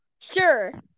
Sure